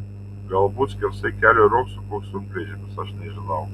galbūt skersai kelio riogso koks sunkvežimis aš nežinau